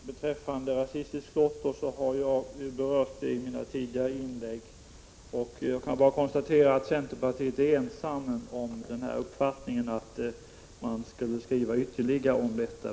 Herr talman! Frågan om rasistiskt klotter har jag berört i mina tidigare inlägg. Jag kan bara konstatera att centern är ensam om uppfattningen att riksdagen skall skriva ytterligare om detta.